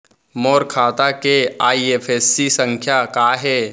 मोर खाता के आई.एफ.एस.सी संख्या का हे?